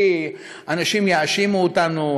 כי אנשים יאשימו אותנו,